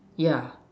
yeah